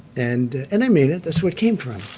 and and i mean it. that's where it came from.